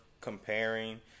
comparing